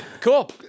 Cool